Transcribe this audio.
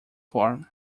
form